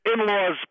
in-laws